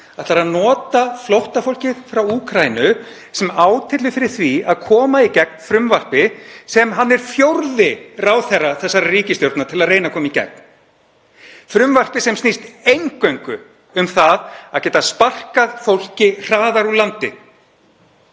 ætlar að nota flóttafólkið frá Úkraínu sem átyllu fyrir því að koma í gegn frumvarpi, sem hann er fjórði ráðherra þessarar ríkisstjórnar til að reyna að koma í gegn, frumvarpi sem snýst eingöngu um það að geta sparkað fólki hraðar úr landi.